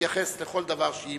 ולהתייחס לכל דבר.